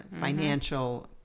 financial